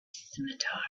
scimitar